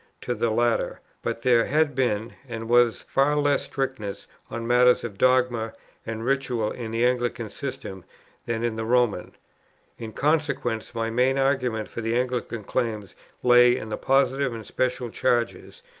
to the latter but there had been and was far less strictness on matters of dogma and ritual in the anglican system than in the roman in consequence, my main argument for the anglican claims lay in the positive and special charges,